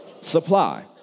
supply